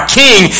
king